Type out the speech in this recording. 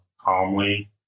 calmly